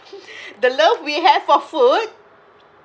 the love we have for food